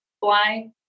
fly